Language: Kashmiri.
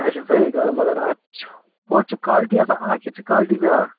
تےَ چھِ صحیح کَتھ مگر اتھ چھِ ہُتھ چھِ کالٹی آسان اکھ یتھ چھِ کالٹی بیٛاکھ